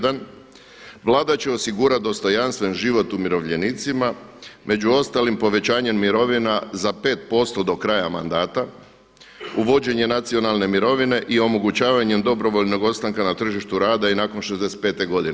Vlada će osigurati dostojanstven život umirovljenicima, među ostalim povećanje mirovina za 5% do kraja mandata, uvođenje nacionalne mirovine i omogućavanje dobrovoljnog ostanka na tržištu rada i nakon 65 godine.